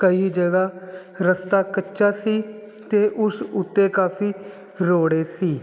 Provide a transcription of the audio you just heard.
ਕਈ ਜਗ੍ਹਾ ਰਸਤਾ ਕੱਚਾ ਸੀ ਅਤੇ ਉਸ ਉੱਤੇ ਕਾਫੀ ਰੋੜੇ ਸੀ